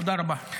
תודה רבה.